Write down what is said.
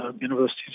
universities